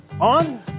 on